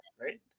right